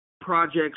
projects